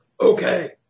Okay